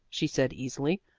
she said easily.